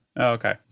okay